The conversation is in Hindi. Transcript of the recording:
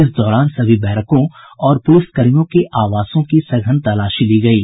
इस दौरान सभी बैरकों और पुलिसकर्मियों के आवासों की सघन तलाशी ली गयी